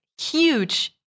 huge